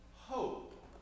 hope